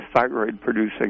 thyroid-producing